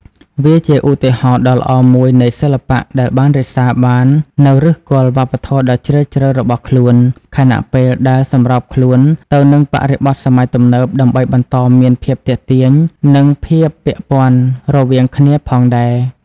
វាជាឧទាហរណ៍ដ៏ល្អមួយនៃសិល្បៈដែលបានរក្សាបាននូវឫសគល់វប្បធម៌ដ៏ជ្រាលជ្រៅរបស់ខ្លួន ខណៈពេលដែលសម្របខ្លួនទៅនឹងបរិបទសម័យទំនើប ដើម្បីបន្តមានភាពទាក់ទាញ និងភាពពាក់ព័ន្ធរវាងគ្នាផងដែរ។